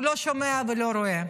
הוא לא שומע ולא רואה.